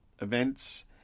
events